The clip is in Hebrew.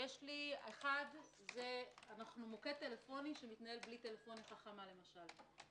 אנחנו מוקד טלפוני שמתנהל בלי טלפוניה חכמה למשל,